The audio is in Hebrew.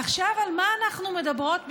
עכשיו, על מה בכלל אנחנו מדברות ומדברים?